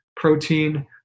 protein